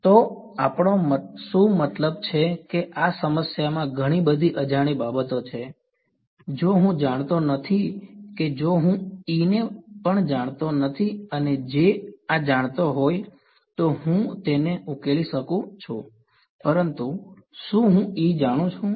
તો અમારો શું મતલબ છે કે આ સમસ્યામાં ઘણી બધી અજાણી બાબતો છે જો હું જાણતો નથી કે જો હું E ને પણ જાણતો નથી અને J આ જાણતો હોય તો હું તેને ઉકેલી શકું છું પરંતુ શું હું E જાણું છું